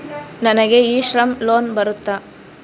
ನನಗೆ e Shram loan ಬರುತ್ತಾ?